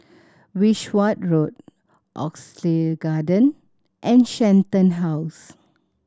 Wishart Road Oxley Garden and Shenton House